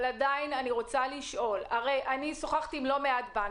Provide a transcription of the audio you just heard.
אבל עדיין אני רוצה לשאול: אני שוחחתי עם לא מעט בנקים.